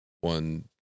one